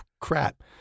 crap